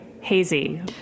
hazy